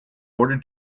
order